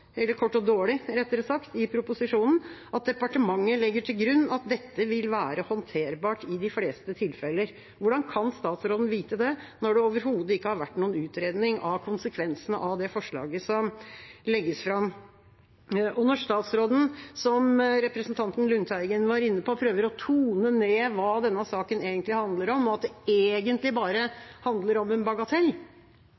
eller kort og dårlig, rettere sagt – at departementet «legger til grunn at dette vil være håndterbart i de fleste tilfeller». Hvordan kan statsråden vite det når det overhodet ikke har vært noen utredning av konsekvensene av det forslaget som legges fram? Som representanten Lundteigen var inne på, prøver statsråden å tone ned hva denne saken egentlig handler om, og sier at det egentlig bare